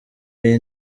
y’iyi